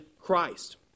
Christ